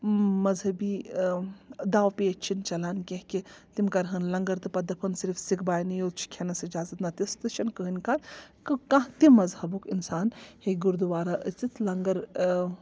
مذہبی داو پیچ چھِنہٕ چَلان کیٚنٛہہ کہِ تِم کَرٕہن لَنٛگر تہٕ پَتہٕ دَپَہن صِرف سِکھ باینٕے یوٚت چھِ کھٮ۪نَس اِجازت نَہ تِژھ تہِ چھنہٕ کٕہٕنٛۍ کتھ کانٛہہ تہِ مذہَبُک اِنسان ہیٚکہِ گُردووارا أژِتھ لَنگر